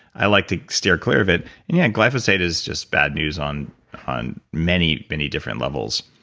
i like to steer clear of it and yeah, glyphosate is just bad news on on many, many different levels.